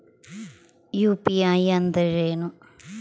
UPI ಅಂದ್ರೇನು?